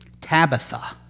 Tabitha